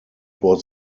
was